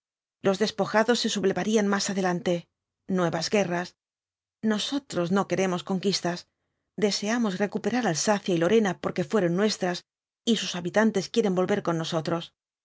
los despojados se sublevarían más adelante nuevas guerras nosotros no queremos conquistas deseamos recuperar alsacia y lorena porque fueron nuestras y sus habitantes quieren volver con nosotros